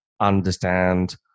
understand